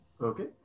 Okay